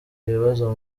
ibibazo